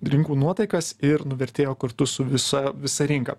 rinkų nuotaikas ir nuvertėjo kartu su visa visa rinka